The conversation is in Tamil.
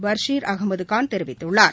பஷீர் அகமதுகான் தெரிவித்துள்ளார்